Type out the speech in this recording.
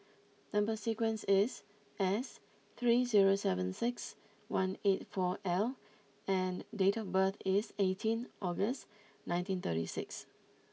number sequence is S three zero seven six one eight four L and date of birth is eighteen August nineteen thirty six